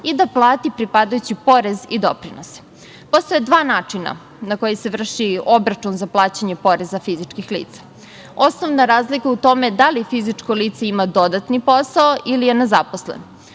i da plati pripadajući porez i doprinose. Postoje dva načina na koji se vrši obračun za plaćanje poreza fizičkih lica. Osnovna razlika u tome da li fizičko lice ima dodatni posao ili je nezaposlen.